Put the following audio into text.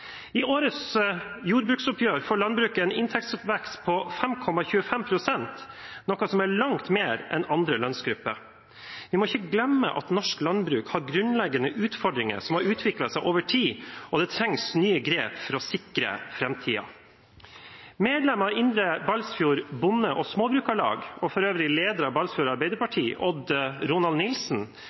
I årets jordbruksoppgjør får landbruket en inntektsvekst på 5,25 pst., noe som er langt mer enn andre lønnsgrupper. Vi må ikke glemme at norsk landbruk har grunnleggende utfordringer som har utviklet seg over tid, og det trengs nye grep for å sikre framtiden. Medlem av Balsfjord Bonde- og Småbrukarlag – og for øvrig leder av Balsfjord Arbeiderparti – Odd Ronald Nilsen,